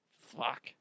Fuck